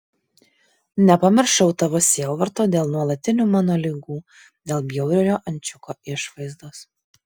nepamiršau tavo sielvarto dėl nuolatinių mano ligų dėl bjauriojo ančiuko išvaizdos